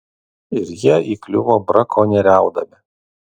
ir jie įkliuvo brakonieriaudami